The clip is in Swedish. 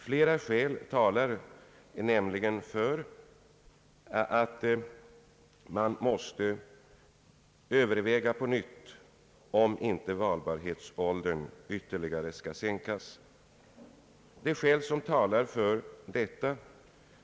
Flera skäl talar nämligen för att man på nytt måste överväga om inte rösträttsåldern ytterligare kan sänkas.